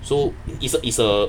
so it's a it's a